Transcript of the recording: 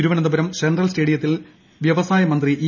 Thiruvananthapuram central സ്റ്റേഡിയത്തിൽ വ്യവസായ മന്ത്രി ഇ